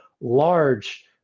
large